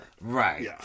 Right